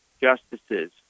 justices